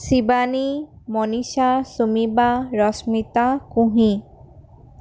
শিবাণী মণীষা চুমি বা ৰষ্মিতা কুঁহি